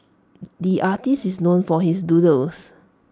the artist is known for his doodles